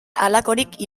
halakorik